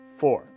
four